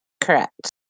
Correct